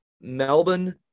Melbourne